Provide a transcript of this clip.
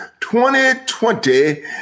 2020